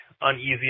uneasy